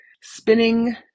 spinning